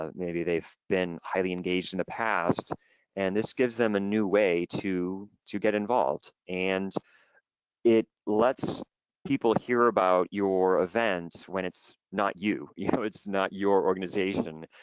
ah maybe they've been highly engaged in the past and this gives them a new way to to get involved and it lets people hear about your events when it's not you, you know it's not your organization.